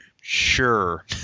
sure